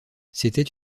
c’était